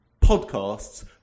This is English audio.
podcasts